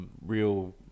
real